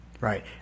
Right